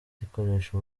zikoresha